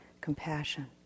compassion